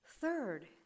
Third